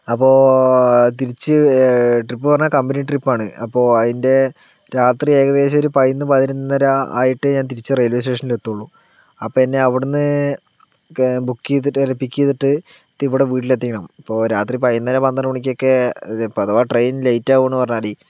അപ്പോൾ തിരിച്ച് ട്രിപ്പ് പറഞ്ഞാൽ കമ്പനി ട്രിപ്പാണ് അപ്പോൾ അതിൻ്റെ രാത്രി ഏകദേശം ഒരു പതിനൊന്ന് പതിനൊന്നര ആയിട്ടേ ഞാൻ തിരിച്ച് റെയിൽ വേ സ്റ്റേഷനിലെത്തുള്ളൂ അപ്പോൾ എന്നെ അവിടുന്ന് ബുക്ക് ചെയ്തിട്ട് അല്ലെങ്കിൽ പിക്ക് ചെയ്തിട്ട് എന്നിട്ട് വീട്ടിലെത്തിക്കണം ഇപ്പോൾ രാത്രി പതിനൊന്നര പന്ത്രണ്ട് മണിക്കൊക്കെ ഇപ്പോൾ അഥവാ ട്രെയിൻ ലെയിറ്റാവുമെന്ന് പറഞ്ഞാൽ മതി